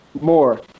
more